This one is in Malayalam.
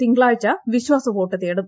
തിങ്കളാഴ്ച വിശ്വാസവോട്ടു തേടും